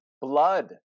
blood